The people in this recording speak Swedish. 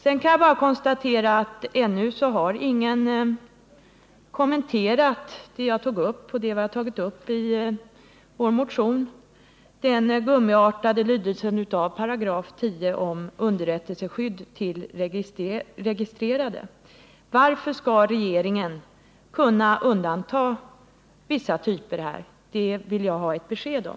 Sedan kan jag bara konstatera att ingen ännu har kommenterat det jag tog upp och som också har behandlats i vår motion, nämligen den gummiartade lydelsen av 10 § om underrättelseskyldigheten till registrerade. Varför skall regeringen kunna undanta vissa typer av direktreklamverksamhet i det här sammanhanget? Det vill jag ha ett besked om.